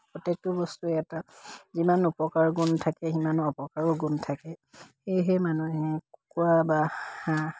প্ৰত্যেকটো বস্তুৱে এটা যিমান উপকাৰ গুণ থাকে সিমানো অপকাৰো গুণ থাকে সেয়েহে মানুহে কুকুৰা বা হাঁহ